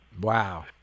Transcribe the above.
Wow